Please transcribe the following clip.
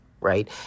Right